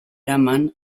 eraman